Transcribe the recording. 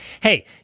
Hey